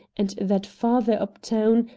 and that farther uptown,